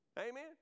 Amen